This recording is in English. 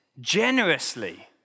generously